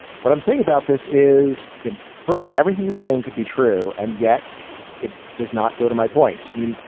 what i'm saying about this is you for everything you're saying, could be true. and yet it does not go to my point. i mean,